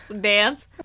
dance